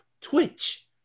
twitch